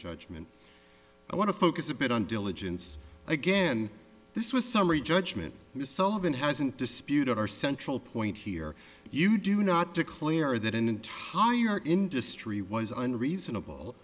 judgment i want to focus a bit on diligence again this was summary judgment misawa been hasn't disputed our central point here you do not declare that an entire industry was unreasonable